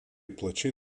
plačiai